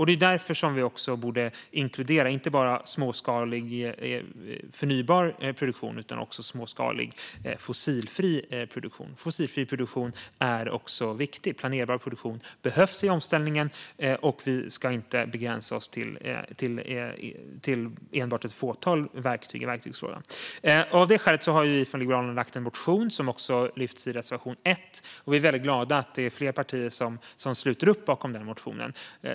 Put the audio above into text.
Det är därför som vi borde inkludera inte bara småskalig förnybar produktion utan också småskalig fossilfri produktion. Fossilfri produktion är också viktig. Planerbar produktion behövs i omställningen. Vi ska inte begränsa oss till enbart ett fåtal verktyg i verktygslådan. Av det skälet har vi från Liberalerna lagt fram en motion som också lyfts fram i reservation 1. Vi är väldigt glada att det är fler partier som sluter upp bakom den motionen.